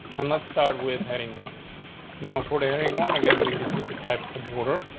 and let's start with heading one now for daring one again. we just need to type the border,